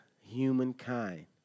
humankind